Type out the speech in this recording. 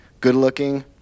Good-looking